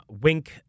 Wink